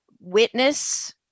witness